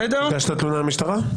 הגשת תלונה במשטרה?